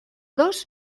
dos